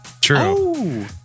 True